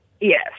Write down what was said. Yes